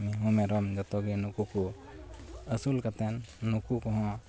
ᱢᱤᱦᱩ ᱢᱮᱨᱚᱢ ᱡᱚᱛᱚᱜᱮ ᱱᱩᱠᱩᱠᱚ ᱟᱹᱥᱩᱞ ᱠᱟᱛᱮᱱ ᱱᱩᱠᱩᱠᱚ ᱦᱚᱸ